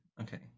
Okay